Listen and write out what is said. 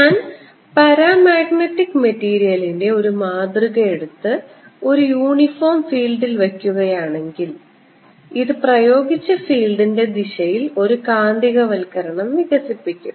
ഞാൻ പാരമാഗ്നറ്റിക് മെറ്റീരിയലിന്റെ ഒരു മാതൃക എടുത്ത് ഒരു യൂണിഫോം ഫീൽഡിൽ വയ്ക്കുകയാണെങ്കിൽ ഇത് പ്രയോഗിച്ച ഫീൽഡിന്റെ ദിശയിൽ ഒരു കാന്തികവൽക്കരണം വികസിപ്പിക്കും